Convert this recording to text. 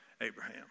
Abraham